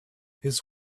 his